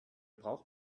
braucht